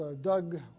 Doug